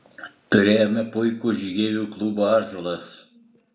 turėjome puikų žygeivių klubą ąžuolas